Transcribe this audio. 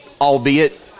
albeit